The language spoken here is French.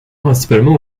principalement